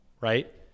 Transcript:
right